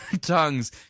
tongues